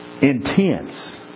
intense